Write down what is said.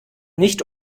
nicht